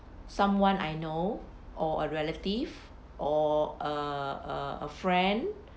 someone I know or a relative or a a a friend